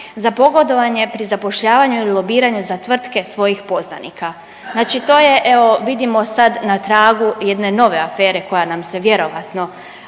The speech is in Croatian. za pogodovanje pri zapošljavanju ili lobiranju za tvrtke svojih poznanika. Znači to je evo vidimo sad na tragu jedne nove afere koja nam se vjerojatno